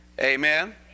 Amen